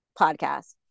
podcast